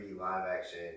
live-action